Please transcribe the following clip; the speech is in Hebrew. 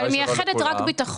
אבל היא מייחדת רק ביטחון,